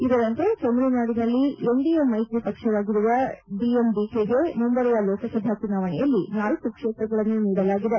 ಇದರಂತೆ ತಮಿಳುನಾಡಿನಲ್ಲಿ ಎನ್ಡಿಎ ಮೈತ್ರಿ ಪಕ್ಷವಾಗಿರುವ ಡಿಎಂಡಿಕೆಗೆ ಮುಂಬರುವ ಲೋಕಸಭಾ ಚುನಾವಣೆಯಲ್ಲಿ ನಾಲ್ಕು ಕ್ಷೇತ್ರಗಳನ್ನು ನೀಡಲಾಗಿದೆ